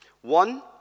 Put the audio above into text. One